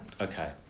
Okay